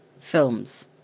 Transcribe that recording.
films